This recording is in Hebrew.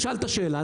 שאלת שאלה,